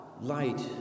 light